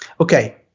Okay